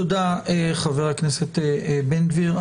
תודה, חבר הכנסת בן גביר.